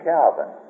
Calvin